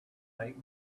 take